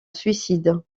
suicide